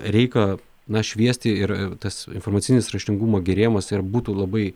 reikia na šviesti ir tas informacinis raštingumo gerėjimas ir būtų labai